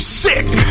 sick